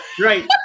Right